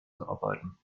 verarbeiten